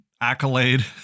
accolade